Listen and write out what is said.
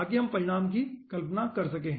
ताकि हम परिणाम की कल्पना कर सकें